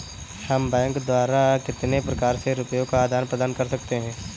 हम बैंक द्वारा कितने प्रकार से रुपये का आदान प्रदान कर सकते हैं?